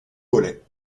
volait